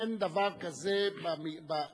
אין דבר כזה שבשטח